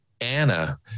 Anna